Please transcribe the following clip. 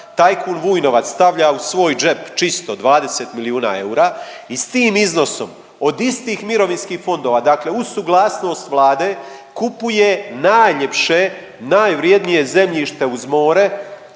Tajkun Vujnovac stavlja u svoj džep čisto 20 milijuna eura i s tim iznosom, od istih mirovinskih fondova, dakle uz suglasnost Vlade, kupuje najljepše, najvrijednije zemljište uz more